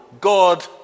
God